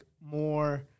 more